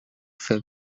fer